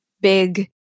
big